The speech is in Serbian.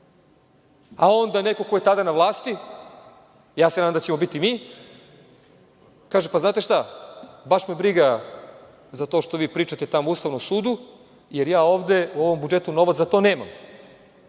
a onda neko ko je tada na vlasti, ja se nadam da ćemo biti mi, kaže – pa znate šta baš me briga za to što vi pričate tamo u Ustavnom sudu, jer ja ovde, u ovom budžetu, novac za to nemam.